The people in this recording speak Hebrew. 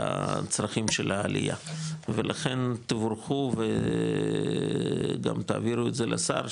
הצרכים של העלייה ולכן תבורכו וגם תעבירו את זה לשר,